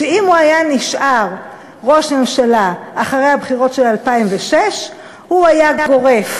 שאם הוא היה נשאר ראש ממשלה אחרי הבחירות של 2006 הוא היה גורף